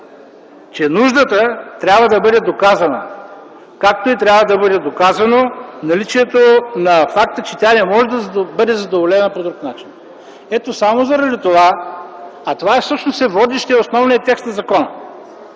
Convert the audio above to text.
че нуждата трябва да бъде доказана, както трябва да бъде доказано наличието на факта, че тя не може да бъде задоволена по друг начин. А това всъщност е водещият, основният текст в закона.